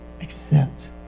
accept